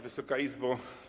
Wysoka Izbo!